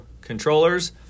controllers